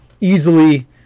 easily